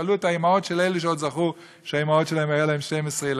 תשאלו את אלה שעוד זכו שהאימהות שלהם היו להן 12 ילדים,